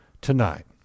tonight